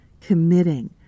Committing